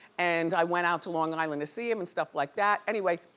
and i went out to long and island to see him, and stuff like that. anyway,